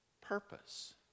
purpose